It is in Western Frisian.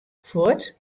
fuort